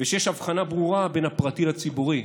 ושיש הבחנה ברורה בין הפרטי לציבורי,